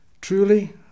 truly